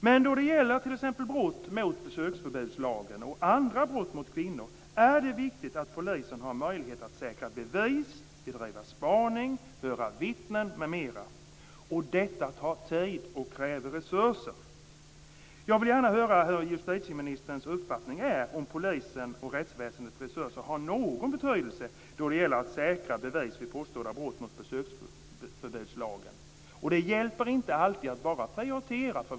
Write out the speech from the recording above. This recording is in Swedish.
Men då det gäller t.ex. brott mot besöksförbudslagen och andra brott mot kvinnor vill jag säga att det är viktigt att polisen har möjlighet att säkra bevis, bedriva spaning, höra vittnen m.m. Detta tar tid och kräver resurser. Jag vill gärna höra justitieministerns uppfattning om polisens och rättsväsendets resurser. Har de någon betydelse då det gäller att säkra bevis vid påstådda brott mot besöksförbudslagen? Det hjälper inte alltid att bara prioritera.